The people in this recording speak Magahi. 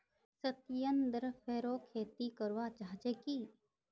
सत्येंद्र फेरो खेती करवा चाह छे की